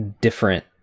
different